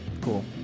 Cool